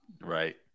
Right